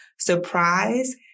surprise